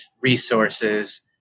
resources